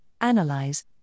analyze